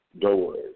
doors